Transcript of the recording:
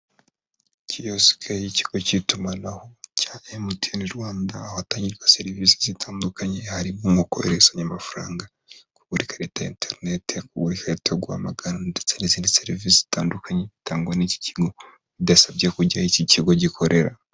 Kiyosike y'ikigo cy'itumanaho cya MTN Rwanda, ahatangirwa serivisi zitandukanye, hari umugore uzanye amafaranga, kugura ikata ya interinete, kugura ikarita yo guhamagara ndetse n'izindi serivisi zitandukanye zitangwa n'iki kigo, bidasabye kujya aho iki kigo gikorera.